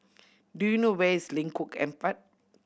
do you know where is Lengkok Empat